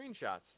screenshots